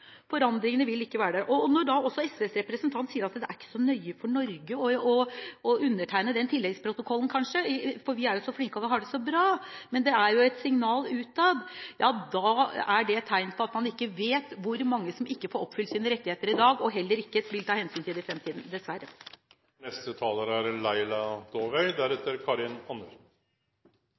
forandringene vil ikke være der. Når da også SVs representant sier at det kanskje ikke er så nøye at Norge undertegner den tilleggsprotokollen, for vi er jo så flinke og vi har det så bra, men det er jo et signal utad – ja, da er det et tegn på at man ikke vet hvor mange som ikke får oppfylt sine rettigheter i dag, og at man dessverre heller ikke vil ta hensyn til det i fremtiden.